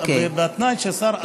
בתנאי שהשר,